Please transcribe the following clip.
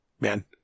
man